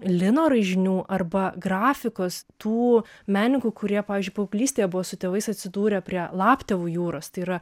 lino raižinių arba grafikos tų menininkų kurie pavyzdžiui paauglystėje buvo su tėvais atsidūrė prie laptevų jūros tai yra